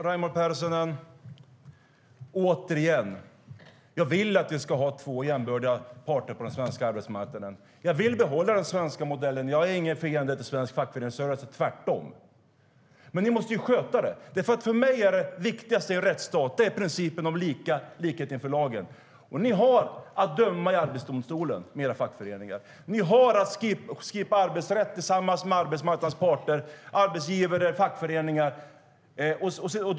Herr talman! Återigen: Jag vill att vi ska ha två jämbördiga parter på den svenska arbetsmarknaden. Jag vill behålla den svenska modellen. Jag är ingen fiende till svensk fackföreningsrörelse, tvärtom. Men ni måste ju sköta det hela. För mig är principen om likhet inför lagen det viktigaste i en rättsstat. Era fackföreningar är med och dömer i Arbetsdomstolen. Ni kan skippa arbetsrätten tillsammans med arbetsmarknadens parter, arbetsgivare och fackföreningar.